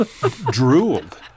drooled